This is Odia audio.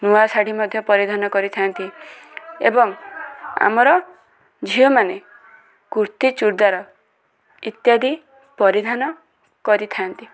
ନୂଆ ଶାଢ଼ୀ ମଧ୍ୟ ପରିଧାନ କରିଥାନ୍ତି ଏବଂ ଆମର ଝିଅମାନେ କୁର୍ତୀ ଚୁଡ଼ଦାର ଇତ୍ୟାଦି ପରିଧାନ କରିଥାନ୍ତି